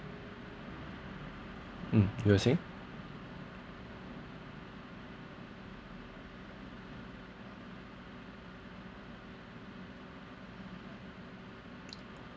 mm you're saying